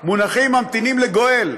מונחים, ממתינים לגואל.